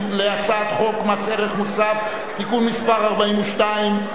להצעת חוק מס ערך מוסף (תיקון מס' 42),